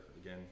again